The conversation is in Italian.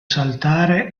saltare